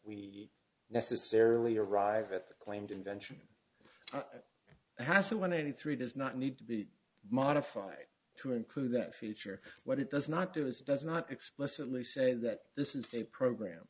we necessarily arrive at the claimed invention has one eighty three does not need to be modified to include that feature what it does not do is does not explicitly say that this is a program